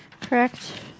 Correct